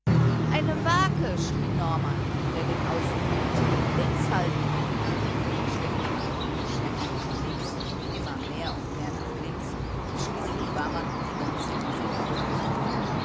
eine wake schrie norman der den auslug hatte links halten die schlitten machten eine schwenkung nach links immer mehr und mehr nach links und schließlich war man um die ganze insel herumgekommen